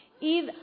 Eve